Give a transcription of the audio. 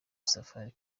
safari